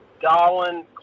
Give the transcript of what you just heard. Darwin